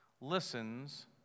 listens